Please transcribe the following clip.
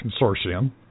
Consortium